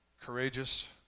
courageous